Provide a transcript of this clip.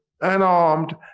unarmed